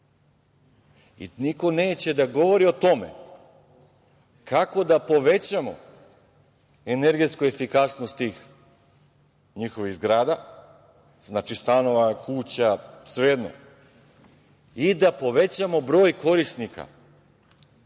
greju. Niko neće da govori o tome kako da povećamo energetsku efikasnost tih njihovih zgrada, znači stanova, kuća, svejedno i da povećamo broj korisnika